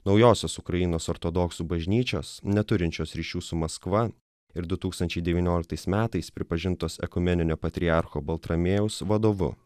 naujosios ukrainos ortodoksų bažnyčios neturinčios ryšių su maskva ir du tūkstančiai devynioliktaisais metais pripažintos ekumeninio patriarcho baltramiejaus vadovu